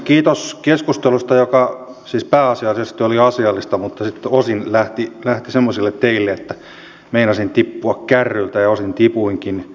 kiitos keskustelusta joka siis pääasiallisesti oli asiallista mutta sitten osin lähti semmoisille teille että meinasin tippua kärryiltä ja osin tipuinkin